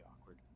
awkward